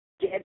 get